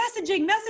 messaging